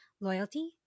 loyalty